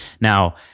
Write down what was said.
now